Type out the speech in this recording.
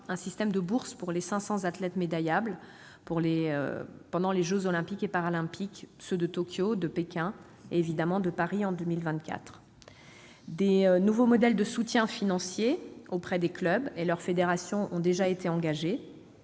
un système de bourses pour les 500 « athlètes médaillables » aux jeux Olympiques et Paralympiques de Tokyo, de Pékin, et évidemment de Paris en 2024. De nouveaux modes de soutien financier auprès des clubs et de leurs fédérations ont déjà été engagés